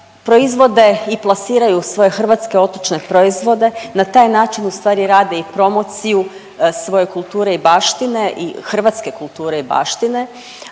proizvode i plasiraju svoje hrvatske otočne proizvode. Na taj način ustvari rade i promociju svoje kulture i baštine i hrvatske kulture i baštine,